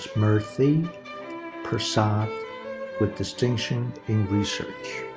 smriti prasad with distinction in research.